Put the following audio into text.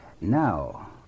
Now